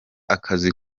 akazi